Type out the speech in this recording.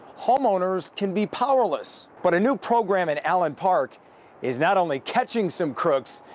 homeowners can be powerless but a new program in allen park is not only catching some crooks,